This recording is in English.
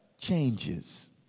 changes